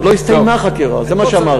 עוד לא הסתיימה החקירה, זה מה שאמרתי.